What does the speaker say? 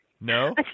No